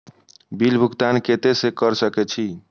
Bill भुगतान केते से कर सके छी?